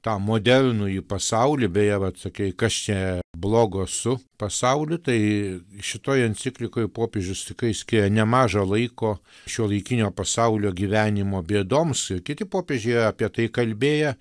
tą modernųjį pasaulį be jav atokiai kas čia blogo su pasauliu tai šitoje enciklikoj popiežius tikrai skiria nemažą laiko šiuolaikinio pasaulio gyvenimo bėdoms ir kiti popiežiai apie tai kalbėję